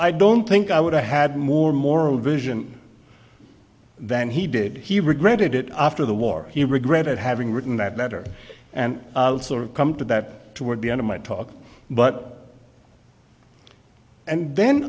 i don't think i would i had more moral vision than he did he regretted it after the war he regretted having written that letter and come to that toward the end of my talk but and then